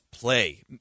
play